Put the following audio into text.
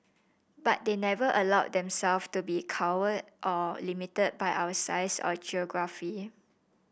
but they never allowed themselves to be cowed or limited by our size or geography